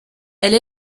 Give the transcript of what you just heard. elle